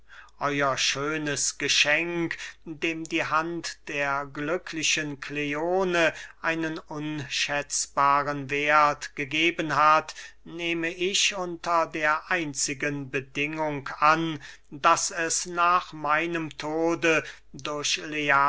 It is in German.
euer schönes geschenk dem die hand der glücklichen kleone einen unschätzbaren werth gegeben hat nehme ich unter der einzigen bedingung an daß es nach meinem tode